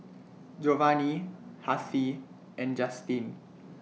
Jovani Hassie and Justine